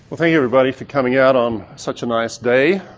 well, thank you everybody for coming out on such a nice day.